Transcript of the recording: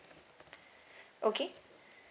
okay